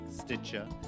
Stitcher